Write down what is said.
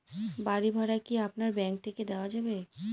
বাড়ী ভাড়া কি আপনার ব্যাঙ্ক থেকে দেওয়া যাবে?